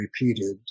repeated